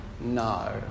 No